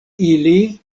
ili